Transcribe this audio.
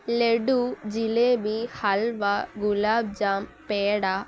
laddu jalebi halwa gulab jam peda